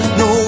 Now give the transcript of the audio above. no